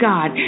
God